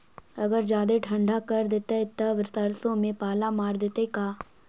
अगर जादे ठंडा कर देतै तब सरसों में पाला मार देतै का?